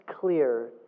clear